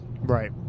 Right